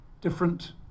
different